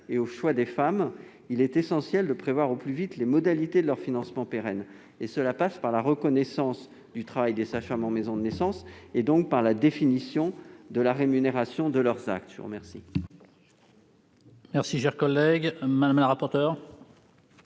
et au choix des femmes, il est essentiel de prévoir au plus vite les modalités de leur financement pérenne. Cela passe notamment par la reconnaissance du travail des sages-femmes en maison de naissance, donc par la définition de la rémunération de leurs actes. Quel